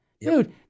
Dude